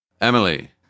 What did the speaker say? Emily